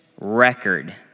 record